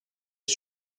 est